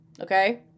Okay